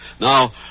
Now